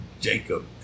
Jacob